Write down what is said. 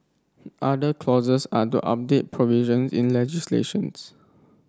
other clauses are to update provisions in legislations